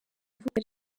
ivuka